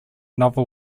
novel